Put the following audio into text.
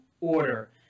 order